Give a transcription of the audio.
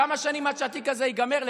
כמה שנים עד שהתיק הזה ייגמר?